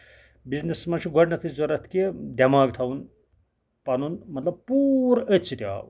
business منٛز چھُ گۄڈٕنیتھٕے ضوٚرتھ کہِ دٮ۪ماغ تھاوُن پَنُن مطلب پوٗرٕ أتھۍ سۭتۍ آوُر